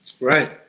right